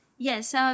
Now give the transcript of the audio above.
Yes